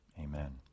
amen